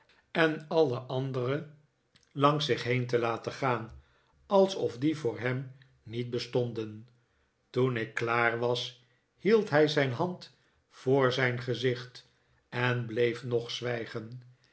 en alle andere langs zich heen te laten gaan alsof die voor hem niet bestonden toen ik klaar was hield hij zijn hand voor zijn gezicht en bleef nog zwijgen